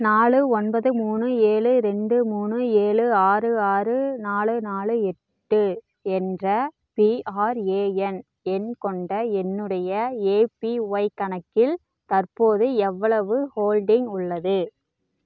நாலு ஒன்பது மூணு ஏழு ரெண்டு மூணு ஏழு ஆறு ஆறு நாலு நாலு எட்டு என்ற பிஆர்ஏஎன் எண் கொண்ட என்னுடைய ஏபிஒய் கணக்கில் தற்போது எவ்வளவு ஹோல்டிங் உள்ளது